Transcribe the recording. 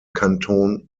kanton